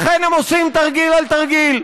לכן הם עושים תרגיל על תרגיל.